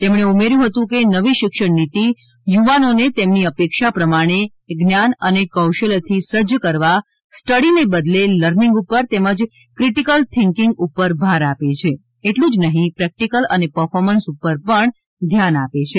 તેમણે ઉમેર્યું હતું કે નવી શિક્ષણ નીતિ યુવાનોને તેમની અપેક્ષા પ્રમાણે જ્ઞાન અને કૌશલથી સજ્જ કરવા સ્ટડીને બદલે લર્નિંગ ઉપર તેમજ ક્રિટિકલ થિંકિંગ ઉપર ભાર આપે છે એટલું જ નહીં પ્રેક્ટીકલ અને પરફોર્મન્સ ઉપર પણ ધ્યાન આપે છે